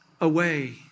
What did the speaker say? away